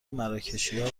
مراکشیا